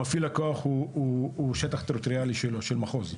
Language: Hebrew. מפעיל הכוח הוא שטח טריטוריאלי שלו, של מחוז.